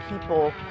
people